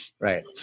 Right